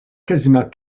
quasiment